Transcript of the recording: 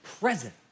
present